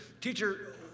teacher